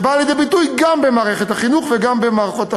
שבאה לידי ביטוי גם במערכת החינוך וגם במערכות האחרות.